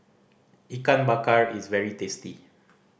Ikan Bakar is very tasty